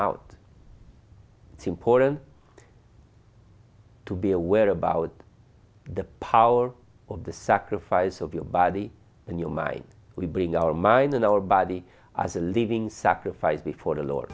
out to important to be aware about the power of the sacrifice of your body and your might we bring our mind and our body as a living sacrifice before the lord